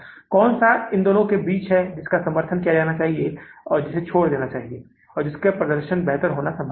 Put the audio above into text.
यह अभी जून के महीने के लिए समापन नकदी शेष है फिर से हम वापस जाते हैं और फिर हम जुलाई के महीने के लिए बजट तैयार करते हैं